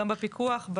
גם בפיקוח?